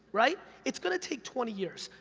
right? it's gonna take twenty years.